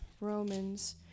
Romans